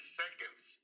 seconds